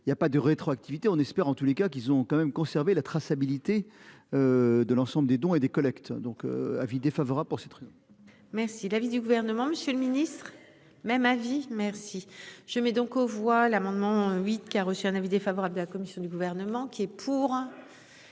il y a pas de rétroactivité. On espère en tous les cas qu'ils ont quand même conserver la traçabilité. De l'ensemble des dons et des collectes donc avis défavorable pour ces trucs. Merci l'avis du gouvernement, Monsieur le Ministre. Même avis merci je mets donc aux voix l'amendement huit qui a reçu un avis défavorable de la commission du gouvernement qui est pour.